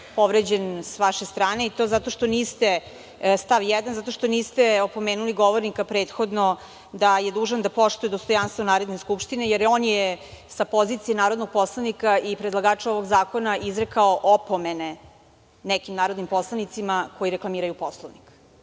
povređen sa vaše strane i to zato što niste opomenuli govornika prethodno da je dužan da poštuje dostojanstvo Narodne skupštine, jer on je sa pozicije narodnog poslanika i predlagača ovog zakona, izrekao opomene nekim narodnim poslanicima koji reklamiraju Poslovnik. Vi